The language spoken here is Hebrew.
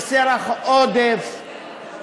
כסרח עודף,